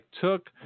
took